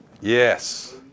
Yes